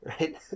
Right